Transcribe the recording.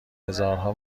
هزارها